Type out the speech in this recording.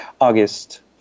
August